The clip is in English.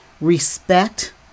respect